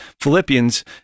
Philippians